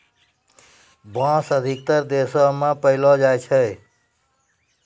बांस अधिकतर देशो म पयलो जाय छै